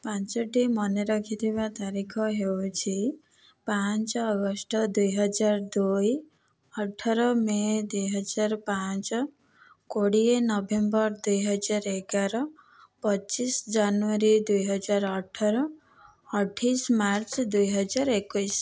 ପାଞ୍ଚୋଟି ମନେ ରଖିଥିବା ତାରିଖ ହେଉଛି ପାଞ୍ଚ ଅଗଷ୍ଟ ଦୁଇ ହଜାର ଦୁଇ ଅଠର ମେ ଦୁଇ ହଜାର ପାଞ୍ଚ କୋଡିଏ ନଭେମ୍ବର ଦୁଇ ହଜାର ଏଗାର ପଚିଶ ଜାନୁଆରୀ ଦୁଇ ହଜାର ଅଠର ଅଠେଇଶି ମାର୍ଚ୍ଚ ଦୁଇ ହଜାର ଏକୋଇଶି